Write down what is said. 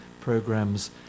programs